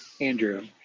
Andrew